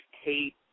hate